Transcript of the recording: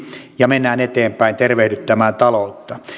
ja mennään eteenpäin tervehdyttämään taloutta